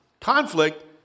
Conflict